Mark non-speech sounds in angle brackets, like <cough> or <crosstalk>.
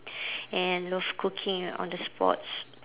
<breath> and love cooking on the spots